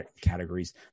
categories